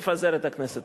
לפזר את הכנסת.